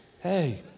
hey